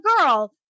girl